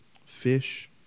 fish